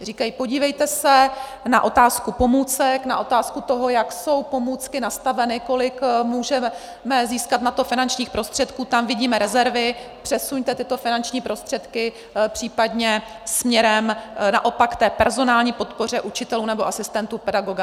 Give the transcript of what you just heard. Říkají: Podívejte se na otázku pomůcek, na otázku toho, jak jsou pomůcky nastaveny, kolik na to můžeme získat finančních prostředků, tam vidíme rezervy, přesuňte tyto finanční prostředky případně směrem naopak k personální podpoře učitelů nebo asistentů pedagoga.